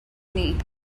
knee